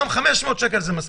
אבל 500 שקל זה מספיק.